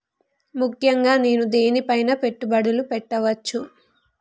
ముఖ్యంగా నేను దేని పైనా పెట్టుబడులు పెట్టవచ్చు?